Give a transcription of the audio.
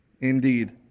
Indeed